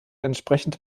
entsprechend